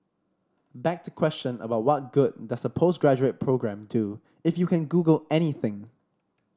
back to question about what good does a postgraduate programme do if you can Google anything